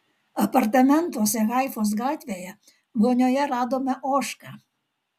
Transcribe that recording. apartamentuose haifos gatvėje vonioje radome ožką